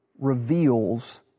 reveals